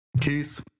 Keith